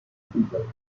people